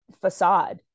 facade